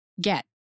get